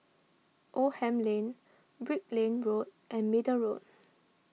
Oldham Lane Brickland Road and Middle Road